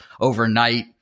overnight